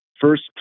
first